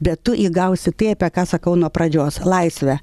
bet tu įgausi tai apie ką sakau nuo pradžios laisvę